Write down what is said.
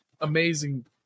amazing